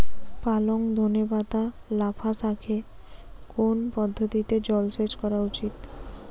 পালং ধনে পাতা লাফা শাকে কোন পদ্ধতিতে জল সেচ করা উচিৎ?